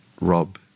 rob